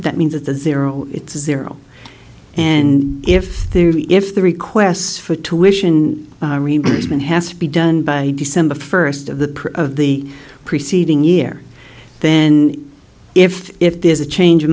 that means that the zero zero and if there is if the requests for tuition reimbursement has to be done by december first of the of the preceding year then if if there is a change